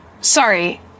sorry